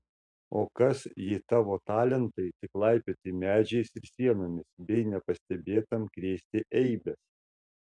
o kas jei tavo talentai tik laipioti medžiais ir sienomis bei nepastebėtam krėsti eibes